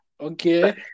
Okay